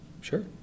sure